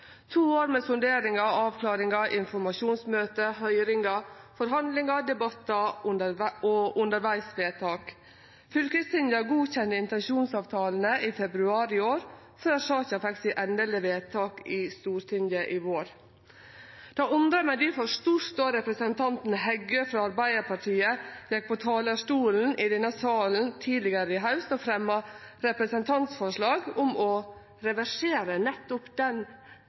to år med sonderingar og avklaringar, informasjonsmøte, høyringar, forhandlingar, debattar og undervegs-vedtak. Fylkestinga godkjende intensjonsavtalane i februar i år, før saka vart endeleg vedteken i Stortinget i vår. Det undra meg difor stort då representanten Heggø frå Arbeidarpartiet gjekk på talarstolen i denne salen tidlegare i haust og fremja representantforslag om å reversere nettopp den